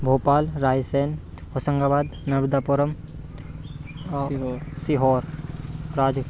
भोपाल रायसेन होशंगाबाद नर्वदापुरम और सीहोर राज